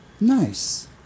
Nice